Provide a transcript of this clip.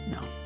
No